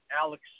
Alex